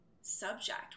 subject